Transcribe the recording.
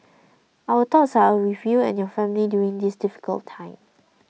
our thoughts are with you and your family during this difficult time